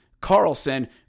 Carlson